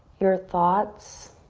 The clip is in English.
your thoughts